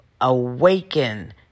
awaken